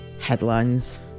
headlines